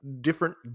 different